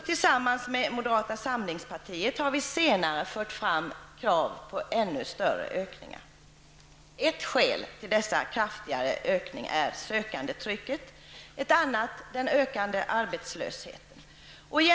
Tillsammans med moderata samlingspartiet har vi senare fört fram krav på ännu större ökning. Ett skäl till en kraftigare ökning är sökandetrycket, ett annat den ökande arbetslösheten.